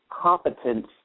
competence